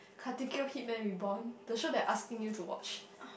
Katekyo-Hitman-Reborn the show they're asking you to watch